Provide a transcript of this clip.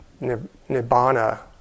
nibbana